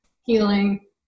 healing